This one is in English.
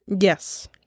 Yes